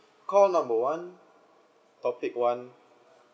call number one topic one